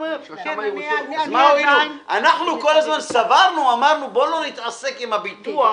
אנחנו כל הזמן סברנו שלא צריך להתעסק עם הביטוח